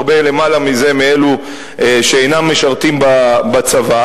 והרבה למעלה מזה מאלה שאינם משרתים בצבא.